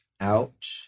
out